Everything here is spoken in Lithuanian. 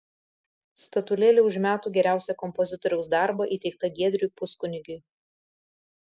statulėlė už metų geriausią kompozitoriaus darbą įteikta giedriui puskunigiui